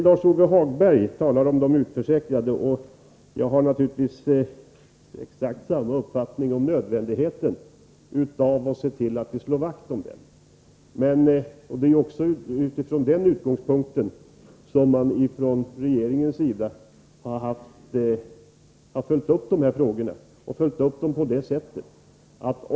Lars-Ove Hagberg talar om de utförsäkrade. Jag har naturligtvis exakt samma uppfattning om nödvändigheten av att vi slår vakt om dem. Det är också utifrån den utgångspunkten som man från regeringens sida har följt upp dessa frågor. Regeringen har följt upp saken genom att inrätta följande regel.